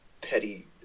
petty